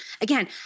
Again